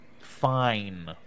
fine